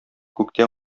күктә